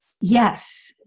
Yes